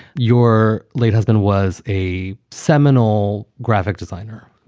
your late husband was a seminal graphic designer.